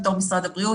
בתור משרד הבריאות,